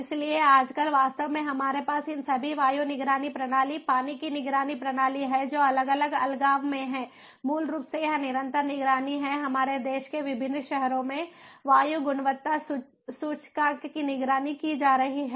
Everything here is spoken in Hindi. इसलिए आजकल वास्तव में हमारे पास इन सभी वायु निगरानी प्रणाली पानी की निगरानी प्रणाली हैं जो अलग अलग अलगाव में हैं मूल रूप से यह निरंतर निगरानी है हमारे देश के विभिन्न शहरों में वायु गुणवत्ता सूचकांक की निगरानी की जा रही है